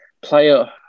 player